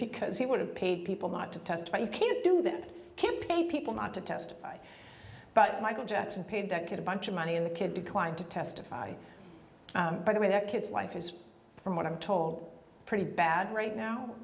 because he would have paid people not to testify you can't do that can't pay people not to testify but michael jackson paid that kid a bunch of money in the kid declined to testify by the way that kid's life is from what i'm told pretty bad right now